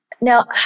Now